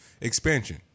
Expansion